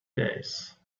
days